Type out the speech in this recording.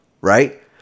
right